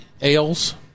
ales